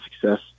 success